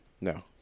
No